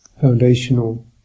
foundational